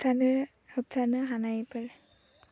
होबथानो होबथानो हानायफोर